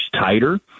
tighter